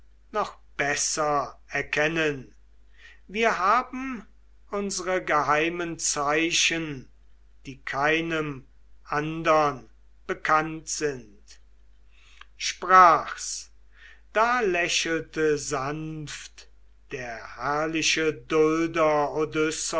noch besser erkennen wir haben unsre geheimen zeichen die keinem andern bekannt sind sprach's da lächelte sanft der herrliche